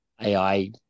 AI